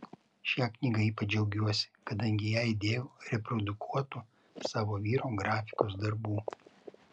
šia knyga ypač džiaugiuosi kadangi į ją įdėjau reprodukuotų savo vyro grafikos darbų